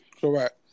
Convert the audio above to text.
Correct